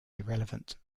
irrelevant